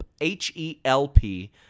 H-E-L-P